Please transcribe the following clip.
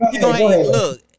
look